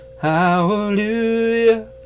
hallelujah